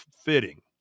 fitting